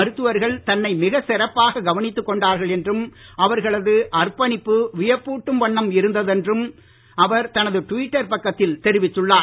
மருத்துவர்கள் தன்னை மிகச் சிறப்பாக கவனித்திக் கொண்டார்கள் என்றும் அவர்களது அற்பணிப்பு வியப்பூட்டும் வண்ணம் இருந்ததென்றும் அவர் தனது டுவிட்டர் பக்கத்தில் தெரிவித்துள்ளார்